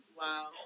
Wow